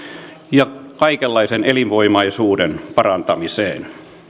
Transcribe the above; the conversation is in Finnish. ja kaikenlaisen elinvoimaisuuden parantamiseen